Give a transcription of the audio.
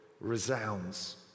resounds